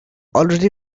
already